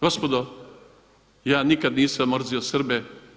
Gospodo ja nikad nisam mrzio Srbe.